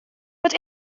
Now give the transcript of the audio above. but